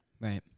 Right